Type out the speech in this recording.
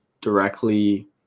directly